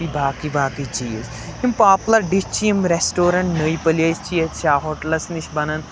بیٚیہِ باقٕے باقٕے چیٖز یِم پاپٕلَر ڈِش چھِ یِم ریسٹورَنٛٹ نٔے پَلیز چھِ ییٚتہِ شاہ ہوٹلَس نِش بَنان